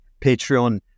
Patreon